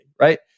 right